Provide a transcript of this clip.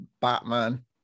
Batman